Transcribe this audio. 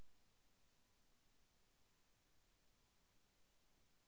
బియ్యం పూర్తిగా ఆరిపోయే వరకు నిల్వ చేయాలా?